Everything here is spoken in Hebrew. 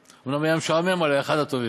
אומנם הוא היה משעמם, אבל הוא היה אחד הטובים.